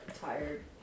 tired